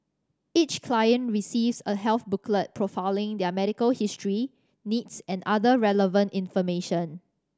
each client receives a health booklet profiling their medical history needs and other relevant information